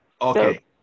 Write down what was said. Okay